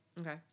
Okay